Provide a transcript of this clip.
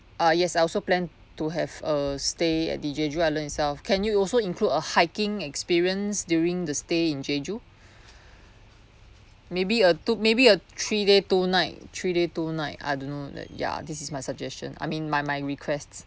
ah yes I also plan to have a stay at the jeju island itself can you also include a hiking experience during the stay in jeju maybe uh took maybe uh three day two night three day two night I don't know that ya this is my suggestion I mean my my request